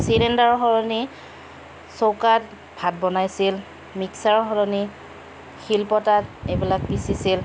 চিলিণ্ডাৰৰ সলনি চৌকাত ভাত বনাইছিল মিক্সাৰৰ সলনি শিলপতাত এইবিলাক পিছিছিল